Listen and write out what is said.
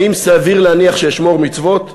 האם סביר להניח שאשמור מצוות?